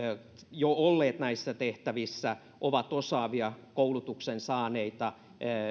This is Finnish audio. jo olleet näissä tehtävissä ovat osaavia koulutuksen saaneita